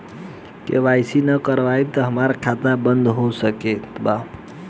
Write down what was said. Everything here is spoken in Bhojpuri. के.वाइ.सी ना करवाइला पर हमार खाता बंद हो सकत बा का?